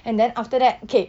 and then after that okay